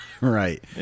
Right